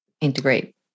integrate